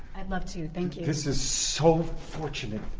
i'd love to you thank you. this is so fortunate